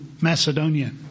Macedonia